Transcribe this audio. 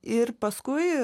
ir paskui